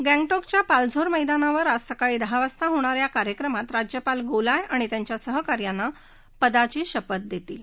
गंग क्रिच्या पालझोर मैदानावर आज सकाळी दहा वाजता होणा या या कार्यक्रमात राज्यपाल गोलाय आणि त्यांच्या सहका यांना पदाची शपथ देतील